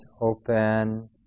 open